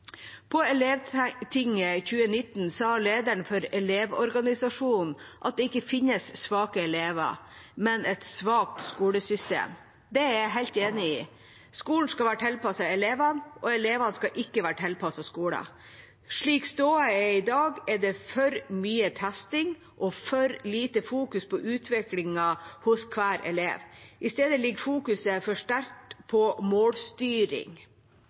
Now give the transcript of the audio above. På Elevtinget i 2019 sa lederen for Elevorganisasjonen at det ikke finnes svake elever, men et svakt skolesystem. Det er jeg helt enig i. Skolen skal være tilpasset elevene – elevene skal ikke være tilpasset skolen. Slik stoda er i dag, er det for mye testing og for lite fokus på utviklingen hos hver elev. Istedenfor fokuseres det for sterkt på målstyring,